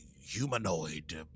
humanoid